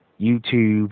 YouTube